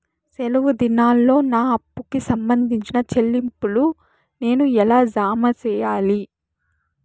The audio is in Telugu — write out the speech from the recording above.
సెలవు దినాల్లో నా అప్పుకి సంబంధించిన చెల్లింపులు నేను ఎలా జామ సెయ్యాలి?